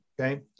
Okay